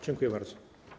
Dziękuję bardzo.